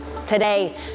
Today